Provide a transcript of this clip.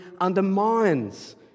undermines